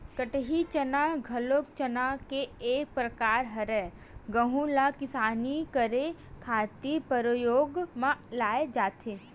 कटही चना घलो चना के एक परकार हरय, अहूँ ला किसानी करे खातिर परियोग म लाये जाथे